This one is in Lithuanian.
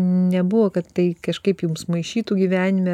nebuvo kad tai kažkaip jums maišytų gyvenime